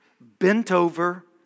bent-over